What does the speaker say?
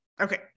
Okay